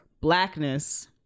blackness